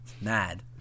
Mad